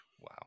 Wow